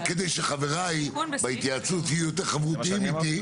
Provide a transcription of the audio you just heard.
אני רק כדי שחבריי בהתייעצות יהיו יותר חמודים איתי,